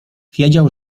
wiedział